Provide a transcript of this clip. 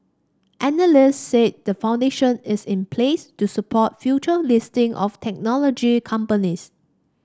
analysts said the foundation is in place to support future listing of technology companies